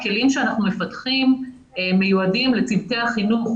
הכלים שאנחנו מפתחים מיועדים לצוותי החינוך.